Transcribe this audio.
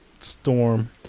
Storm